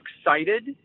excited